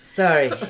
sorry